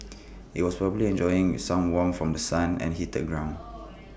IT was probably enjoying some warmth from The Sun and heated ground